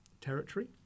territory